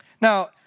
Now